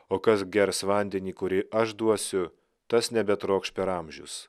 o kas gers vandenį kurį aš duosiu tas nebetrokš per amžius